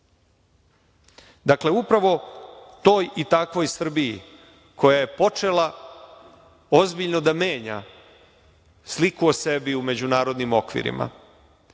Srbije. Dakle, upravo toj i takvoj Srbiji koja je počela ozbiljno da menja sliku o sebi u međunarodnim okvirima,